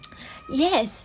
yes